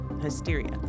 Hysteria